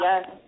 yes